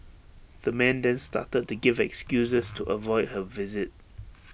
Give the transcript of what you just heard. the man then started to give excuses to avoid her visit